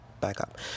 backup